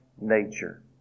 nature